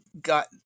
got